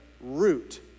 root